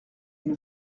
une